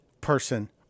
person